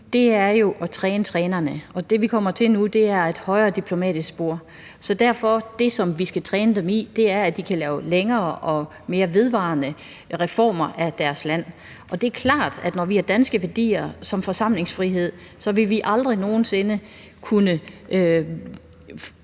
nu, er jo at træne trænerne. Og det, vi kommer til nu, er et højere diplomatisk spor. Så det, vi derfor skal træne dem i, er at lave længere og mere vedvarende reformer af deres land. Og det er klart, at når vi har danske værdier som forsamlingsfrihed, vil vi aldrig nogen sinde kunne